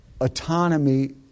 autonomy